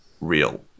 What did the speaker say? real